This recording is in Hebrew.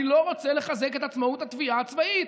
אני לא אני רוצה לחזק את עצמאות התביעה הצבאית,